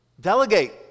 delegate